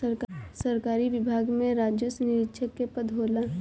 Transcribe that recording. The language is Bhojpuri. सरकारी विभाग में राजस्व निरीक्षक के पद होला